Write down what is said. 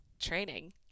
training